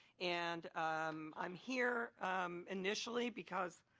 and i'm here initially because